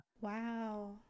Wow